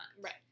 Right